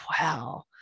wow